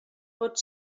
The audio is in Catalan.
pot